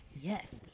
Yes